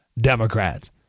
Democrats